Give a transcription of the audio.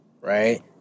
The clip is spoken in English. right